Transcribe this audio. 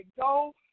go